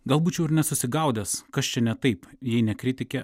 gal būčiau ir nesusigaudęs kas čia ne taip jei ne kritikė